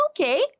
Okay